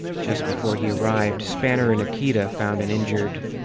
just before he arrived, spanner and ikeda found an injured.